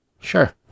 sure